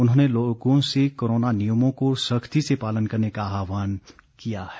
उन्होंने लोगों से कोरोना नियमों को सख्ती से पालन करने का आहवान किया है